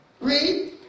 Read